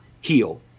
heal